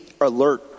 alert